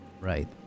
Right